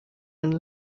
and